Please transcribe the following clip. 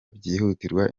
byihutirwa